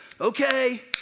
okay